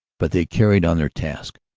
but they carried on their task,